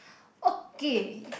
okay